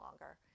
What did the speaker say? longer